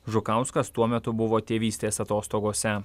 žukauskas tuo metu buvo tėvystės atostogose